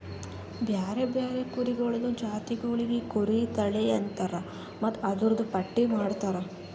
ಬ್ಯಾರೆ ಬ್ಯಾರೆ ಕುರಿಗೊಳ್ದು ಜಾತಿಗೊಳಿಗ್ ಕುರಿ ತಳಿ ಅಂತರ್ ಮತ್ತ್ ಅದೂರ್ದು ಪಟ್ಟಿ ಮಾಡ್ತಾರ